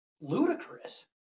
ludicrous